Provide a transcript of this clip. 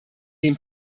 dem